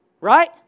right